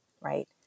right